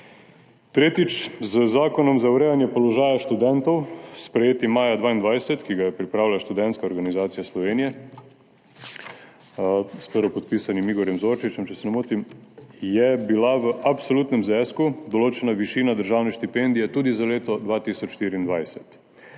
Tretjič, z Zakonom za urejanje položaja študentov, sprejetim maja 2022, ki ga je pripravila Študentska organizacija Slovenije s prvopodpisanim Igorjem Zorčičem, če se ne motim, je bila v absolutnem znesku določena višina državne štipendije tudi za leto 2024.